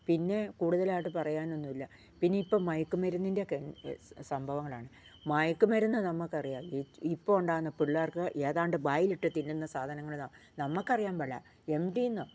പിന്നെ കൂടുതലായിട്ട് പറയാനൊന്നുമില്ല പിന്നെ ഇപ്പം മയക്കുമരുന്നിൻ്റെ ഒക്കെ സംഭവങ്ങളാണ് മയക്കുമരുന്ന് നമുക്ക് അറിയാം ഇപ്പോൾ ഉണ്ടാകുന്ന പിള്ളേർക്ക് ഏതാണ്ട് വായിൽ ഇട്ട് തിന്നുന്ന സാധനങ്ങളാണ് നമുക്ക് അറിയാൻ പാടില്ല എംഡി എന്നോ